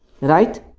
right